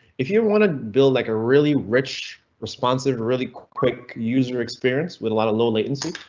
if you want to build like a really rich, responsive, really quick user experience with a lot of low latency,